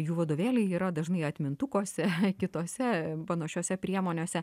jų vadovėliai yra dažnai atmintukuose kitose panašiose priemonėse